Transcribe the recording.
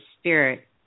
spirit